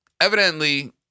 evidently